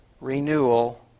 renewal